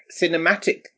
cinematic